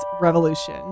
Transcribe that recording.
Revolution